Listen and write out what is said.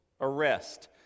arrest